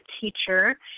teacher